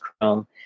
Chrome